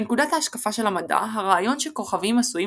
מנקודת ההשקפה של המדע הרעיון שכוכבים עשויים